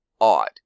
odd